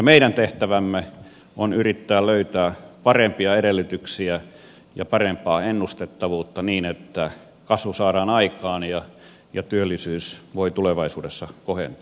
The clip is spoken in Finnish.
meidän tehtävämme on yrittää löytää parempia edellytyksiä ja parempaa ennustettavuutta niin että kasvu saadaan aikaan ja työllisyys voi tulevaisuudessa kohentua